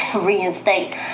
reinstate